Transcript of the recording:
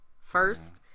first